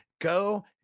go